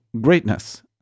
greatness